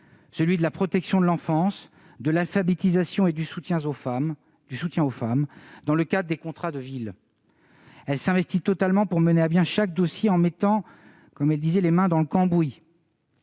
combats : la protection de l'enfance, l'alphabétisation et le soutien aux femmes dans le cadre des contrats de ville. Elle s'investit totalement pour mener à bien chaque dossier en mettant, comme elle le disait, « les mains dans le cambouis